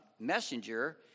messenger